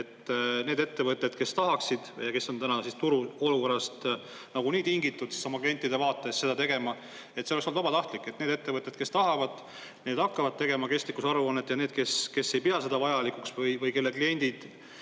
et need ettevõtted, kes tahaksid ja kes on täna turuolukorrast nagunii tingitud oma klientide vaates seda tegema, et see oleks olnud vabatahtlik, et need ettevõtted, kes tahavad, need hakkavad tegema kestlikkuse aruannet, ja need, kes ei pea seda vajalikuks või kelle kliendid